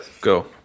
go